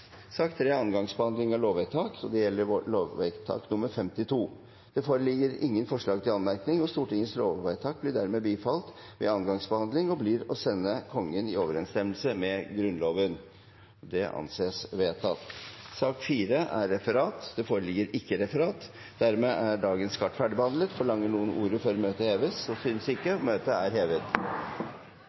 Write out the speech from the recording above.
Sak nr. 3 er andre gangs behandling av lovvedtak og gjelder lovvedtak 52. Det foreligger ingen forslag til anmerkninger, og Stortingets lovvedtak er dermed bifalt ved andre gangs behandling og blir å sende Kongen i overensstemmelse med Grunnloven. Det foreligger ikke noe referat. Dermed er dagens kart ferdigbehandlet. Forlanger noen ordet før møtet heves? – Møtet er hevet.